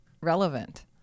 relevant